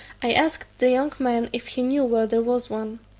i asked the young man if he knew where there was one.